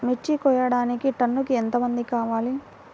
మిర్చి కోయడానికి టన్నుకి ఎంత మంది కావాలి?